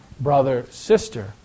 brother-sister